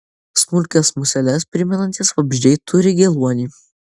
smulkias museles primenantys vabzdžiai turi geluonį